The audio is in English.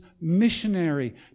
missionary